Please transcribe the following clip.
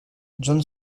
john